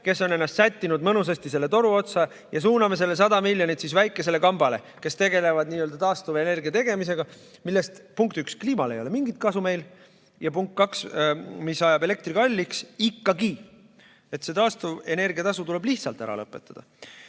kes on ennast sättinud mõnusasti selle toru otsa, ja suuname selle 100 miljonit väikesele kambale, kes tegelevad n‑ö taastuvenergia tegemisega, millest, punkt üks, kliimale ei ole mingit kasu, ja punkt kaks, mis ajab elektri kalliks ikkagi. See taastuvenergia tasu tuleb lihtsalt ära lõpetada.